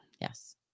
yes